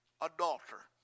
adulterer